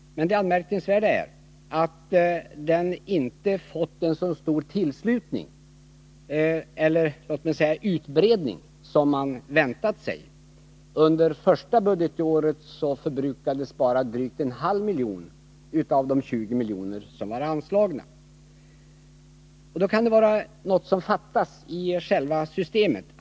Men det anmärkningsvärda är att den inte fått en så stor tillslutning, eller låt mig säga utbredning, som man väntat sig. Under första budgetåret förbrukades bara drygt en halv miljon av de 20 miljoner som var anslagna. Det kan då vara något som fattas i själva systemet.